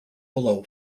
below